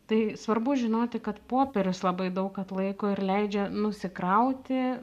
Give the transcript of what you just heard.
tai svarbu žinoti kad popierius labai daug atlaiko ir leidžia nusikrauti